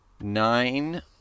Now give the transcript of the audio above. nine